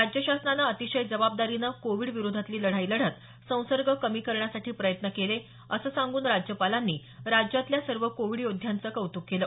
राज्य शासनानं अतिशय जबाबदारीनं कोविड विरोधातली लढाई लढत संसर्ग कमी करण्यासाठी प्रयत्न केले असं सांगून राज्यपालांनी राज्यातल्या सर्व कोविड योद्ध्यांचं कौतुक केलं